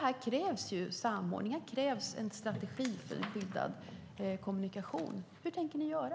Här krävs samordning och en strategi för skyddad kommunikation. Hur tänker ni göra?